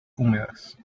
húmedas